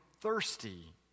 thirsty